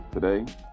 Today